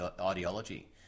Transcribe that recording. ideology